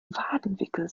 wadenwickel